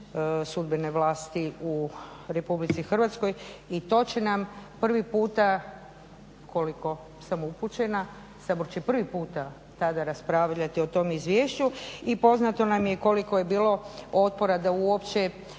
sudbene vlasti u Republici Hrvatskoj. I to će nam prvi puta koliko sam upućena, Sabor će prvi puta tada raspravljati o tom izvješću i poznato nam je koliko je bilo otpora da uopće